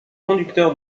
conducteur